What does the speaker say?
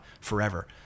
forever